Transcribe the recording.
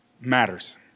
matters